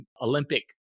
Olympic